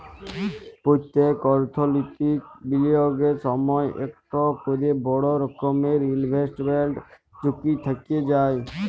প্যত্তেক অথ্থলৈতিক বিলিয়গের সময়ই ইকট ক্যরে বড় রকমের ইলভেস্টমেল্ট ঝুঁকি থ্যাইকে যায়